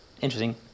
interesting